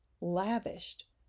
lavished